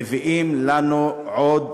מביאים לנו עוד